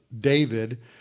David